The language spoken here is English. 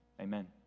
Amen